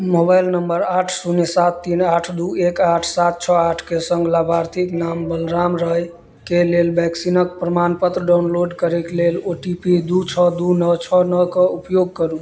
mobile number आठ शून्य सात तीन आठ दू एक आठ सात छओ आठ के सङ्ग लाभार्थीक नाम बलराम रायके लेल वैक्सीनक प्रमाणपत्र डाउनलोड करयके लेल ओ टी पी दू छओ दू नओ छओ नओ के उपयोग करू